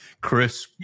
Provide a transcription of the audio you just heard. Chris